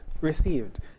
received